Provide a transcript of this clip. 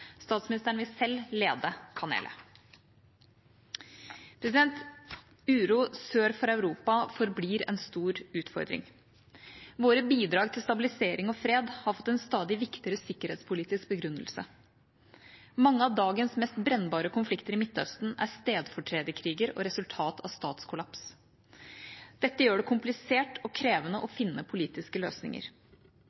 Statsministeren vil selv lede panelet. Uro sør for Europa forblir en stor utfordring. Våre bidrag til stabilisering og fred har fått en stadig viktigere sikkerhetspolitisk begrunnelse. Mange av dagens mest brennbare konflikter i Midtøsten er stedfortrederkriger og resultat av statskollaps. Dette gjør det komplisert og krevende å